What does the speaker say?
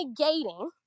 negating